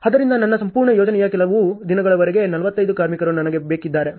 ಆದ್ದರಿಂದ ನನ್ನ ಸಂಪೂರ್ಣ ಯೋಜನೆಯ ಕೆಲವು ದಿನಗಳವರೆಗೆ 45 ಕಾರ್ಮಿಕರು ನನಗೆ ಬೇಕಾಗಿದ್ದಾರೆ